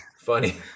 funny